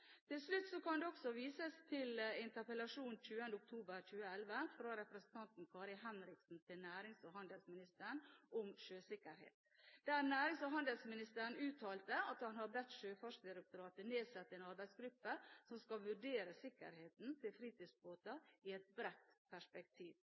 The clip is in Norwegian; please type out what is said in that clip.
Til slutt kan det også vises til interpellasjonen 20. oktober i år fra representanten Kari Henriksen til nærings- og handelsministeren om sjøsikkerhet, der nærings- og handelsministeren uttalte at han har bedt sjøfartsdirektøren nedsette en arbeidsgruppe som skal vurdere sikkerheten til